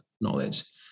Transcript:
knowledge